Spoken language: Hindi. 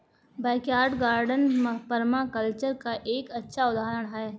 बैकयार्ड गार्डन पर्माकल्चर का एक अच्छा उदाहरण हैं